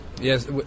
Yes